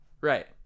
Right